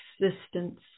existence